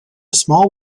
small